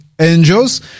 angels